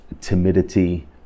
timidity